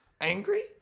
Angry